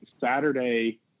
Saturday